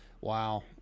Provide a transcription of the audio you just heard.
Wow